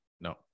no